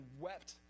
wept